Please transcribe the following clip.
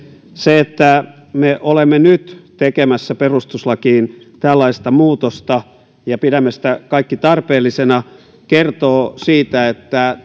se että me olemme nyt tekemässä perustuslakiin tällaista muutosta ja pidämme sitä kaikki tarpeellisena kertoo siitä että